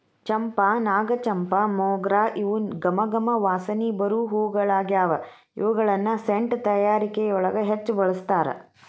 ಚಂಪಾ, ನಾಗಚಂಪಾ, ಮೊಗ್ರ ಇವು ಗಮ ಗಮ ವಾಸನಿ ಬರು ಹೂಗಳಗ್ಯಾವ, ಇವುಗಳನ್ನ ಸೆಂಟ್ ತಯಾರಿಕೆಯೊಳಗ ಹೆಚ್ಚ್ ಬಳಸ್ತಾರ